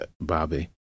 Bobby